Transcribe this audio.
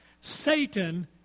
Satan